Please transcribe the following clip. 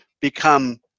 become